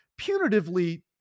punitively